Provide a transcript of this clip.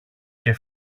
και